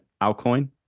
Alcoin